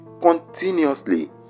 continuously